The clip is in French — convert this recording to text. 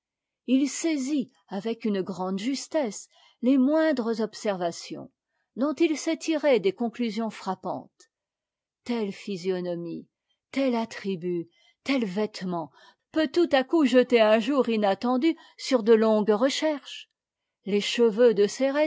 h saisit avec une grande justesse les moindres observations dont il sait tirer des conclusions frappantes telle physionomie tel attribut tel vêtement peut tout à coup jeter un jour inattendu sur de longues recherches les cheveux de